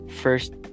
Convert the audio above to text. first